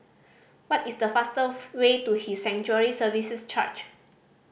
what is the fastest way to His Sanctuary Services Church